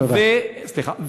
תודה.